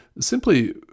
simply